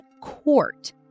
court